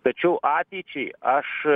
tačiau ateičiai aš